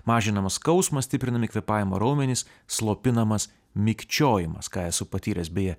mažinamas skausmas stiprinami kvėpavimo raumenys slopinamas mikčiojimas ką esu patyręs beje